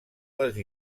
les